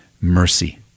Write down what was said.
mercy